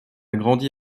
grandi